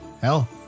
Hell